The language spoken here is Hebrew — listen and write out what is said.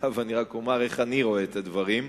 אני רק אומר איך אני רואה את הדברים,